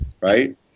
right